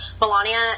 Melania